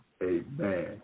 Amen